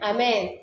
Amen